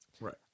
right